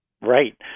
Right